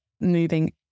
moving